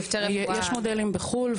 יש מודלים בחו"ל,